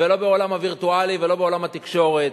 ולא בעולם הווירטואלי ולא בעולם התקשורת,